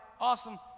awesome